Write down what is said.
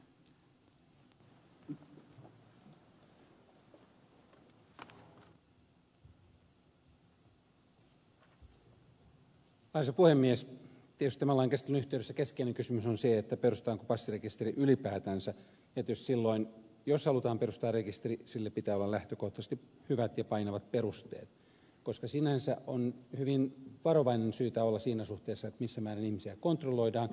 tietysti tämän lain käsittelyn yhteydessä keskeinen kysymys on se perustetaanko passirekisteri ylipäätänsä ja tietysti silloin jos halutaan perustaa rekisteri sille pitää olla lähtökohtaisesti hyvät ja painavat perusteet koska sinänsä on hyvin varovainen syytä olla siinä suhteessa missä määrin ihmisiä kontrolloidaan